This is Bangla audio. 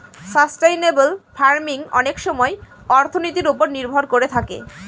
সাস্টেইনেবেল ফার্মিং অনেক সময় অর্থনীতির ওপর নির্ভর করে থাকে